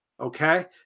Okay